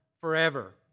forever